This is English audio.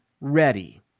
ready